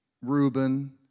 Reuben